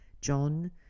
John